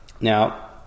Now